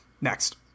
Next